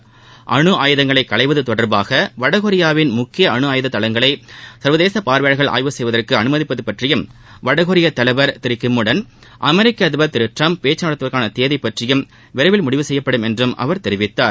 அமைச்சர் அணு ஆயுதங்களை களைவது தொடர்பாக வடகொரியாவின் முக்கிய அணு ஆயுத தளங்களை சர்வதேச பார்வையாளர்கள் ஆய்வு செய்வதற்கு அனுமதிப்பது பற்றியும் வடகொரிய தலைவர் திரு கிம்முடன் அமெிக்க அதிபா் திரு டிரம்ப் பேச்சு நடத்துவதற்கான தேதி பற்றியும் விரைவில் முடிவு செய்யப்படுமென்றும் அவர் தெரிவித்தார்